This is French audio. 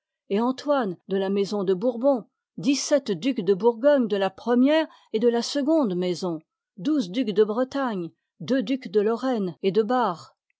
et antoine de la maison de bourbon dix-sept ducs de bourgogne de la première et de la seconde maison douze ducs de bretagne deux ducs de lorraine et de bar